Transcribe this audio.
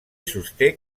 sosté